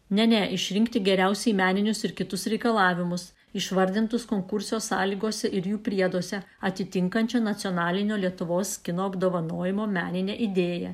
ne ne išrinkti geriausiai meninius ir kitus reikalavimus išvardintus konkurso sąlygose ir jų prieduose atitinkančio nacionalinio lietuvos kino apdovanojimo meninę idėją